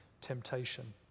temptation